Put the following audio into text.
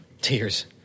Tears